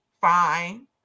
Fine